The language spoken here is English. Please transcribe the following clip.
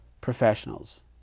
professionals